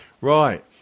Right